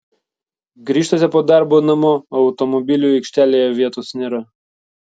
grįžtate po darbo namo o automobiliui aikštelėje vietos nėra